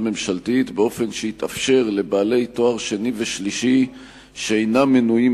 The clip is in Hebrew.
ממשלתית באופן שיתאפשר גם לבעלי תואר שני ושלישי שאינם מנויים